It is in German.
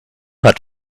hat